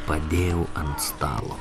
padėjau ant stalo